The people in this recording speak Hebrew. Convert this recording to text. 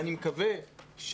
אני מקווה,